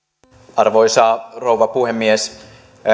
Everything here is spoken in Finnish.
arvoisa rouva puhemies